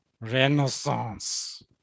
Renaissance